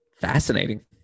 fascinating